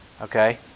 okay